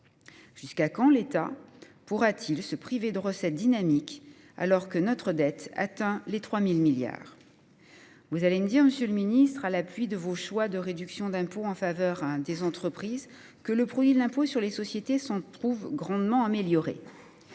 Jusqu’à quand l’État pourra t il se priver de recettes dynamiques, alors que notre dette atteint les 3 000 milliards d’euros ? Vous allez me dire, monsieur le ministre, à l’appui de votre choix de réduction d’impôts en faveur des entreprises, que le produit de l’impôt sur les sociétés (IS) s’en trouve grandement amélioré.